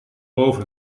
boven